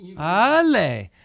Ale